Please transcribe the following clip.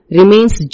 remains